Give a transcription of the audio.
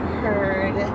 heard